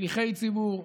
שליחי ציבור,